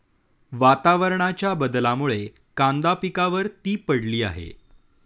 वातावरणाच्या बदलामुळे कांदा पिकावर ती पडली आहे